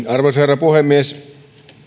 arvoisa herra puhemies